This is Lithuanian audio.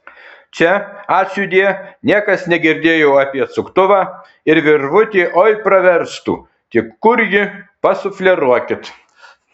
čia ačiūdie niekas negirdėjo apie atsuktuvą ir virvutė oi praverstų tik kur ji pasufleruokit